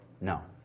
No